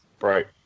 Right